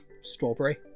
Strawberry